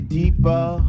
deeper